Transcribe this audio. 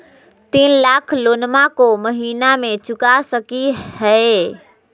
तीन लाख लोनमा को महीना मे चुका सकी हय?